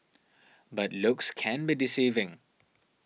but looks can be deceiving